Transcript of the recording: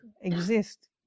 exist